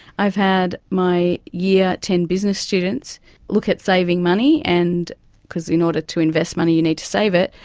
i've had my year ten business students look at saving money and because in order to invest money you need to save it,